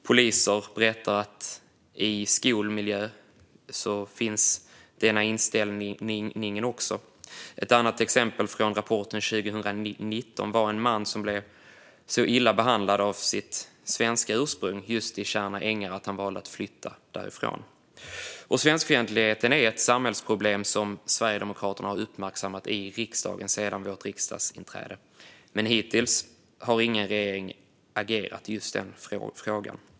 Poliser berättar att denna inställning finns även i skolmiljö. Ett annat exempel från rapporten 2019 är en man i just Tjärna ängar som blev så illa behandlad på grund av sitt svenska ursprung att han valde att flytta därifrån. Svenskfientligheten är ett samhällsproblem som Sverigedemokraterna har uppmärksammat i riksdagen sedan vårt riksdagsinträde, men hittills har ingen regering agerat i just den frågan.